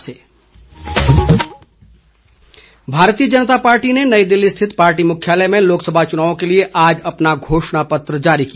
भाजपा घोषणापत्र भारतीय जनता पार्टी ने नई दिल्ली स्थित पार्टी मुख्यालय में लोकसभा चुनाव के लिए आज अपना घोषणापत्र जारी किया